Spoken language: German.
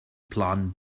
plan